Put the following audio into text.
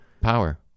power